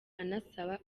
anasaba